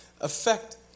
affect